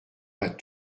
pas